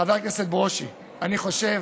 חבר הכנסת ברושי: אני חושב